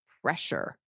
pressure